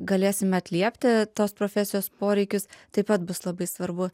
galėsime atliepti tos profesijos poreikius taip pat bus labai svarbu